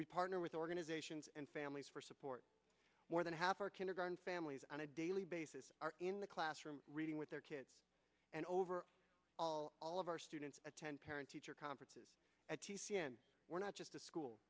we partner with organizations and families for support more than half our kindergarten families on a daily basis are in the classroom reading with their kids and over all all of our students attend parent teacher conferences at g c s e we're not just a school